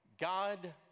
God